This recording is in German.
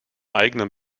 eigenen